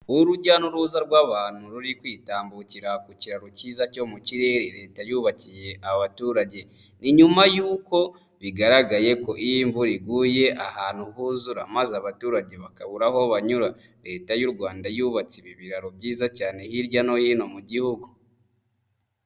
Urujya n'uruza rw'abantu, ruri kwitambukira ku kiraro cyiza cyo mu kirere leta yubakiye abaturage, ni nyuma yuko bigaragaye ko iyo imvura iguye ahantu huzura maze abaturage bakabura aho banyura, leta y'u Rwanda yubatse ibi biraro byiza cyane hirya no hino mu gihugu.